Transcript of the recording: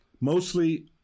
mostly